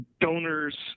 donors